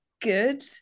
good